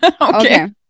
Okay